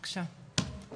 בבקשה.